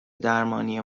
درمانی